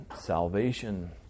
salvation